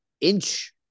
inch